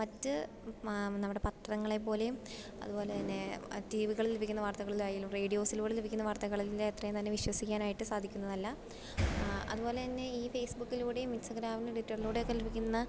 മറ്റ് നമ്മുടെ പത്രങ്ങളെ പോലെയും അതുപോലെ തന്നെ ടീ വികളിൽ ലഭിക്കുന്ന വാർത്തകളിലായാലും റേഡിയോസിലൂടെ ലഭിക്കുന്ന വാർത്തകളിലെ അത്രയും തന്നെ വിശ്വസിക്കാനായിട്ട് സാധിക്കുന്നതല്ല അതുപോലെ തന്നെ ഈ ഫേസ്ബുക്കിലൂടെയും ഇൻസ്റ്റാഗ്രാമിലും ട്വിറ്ററിലൂടെയൊക്കെ ലഭിക്കുന്ന